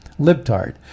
libtard